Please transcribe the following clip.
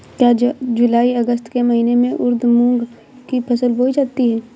क्या जूलाई अगस्त के महीने में उर्द मूंग की फसल बोई जाती है?